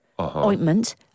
ointment